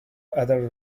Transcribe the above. other